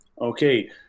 okay